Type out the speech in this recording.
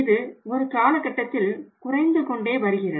இது ஒரு காலகட்டத்தில் குறைந்துகொண்டே வருகிறது